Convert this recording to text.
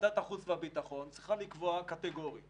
ועדת החוץ והביטחון צריכה לקבוע קטגורית